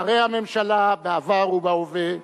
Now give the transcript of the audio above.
שרי הממשלה בעבר ובהווה,